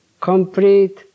complete